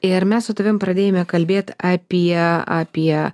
ir mes su tavim pradėjome kalbėt apie apie